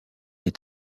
est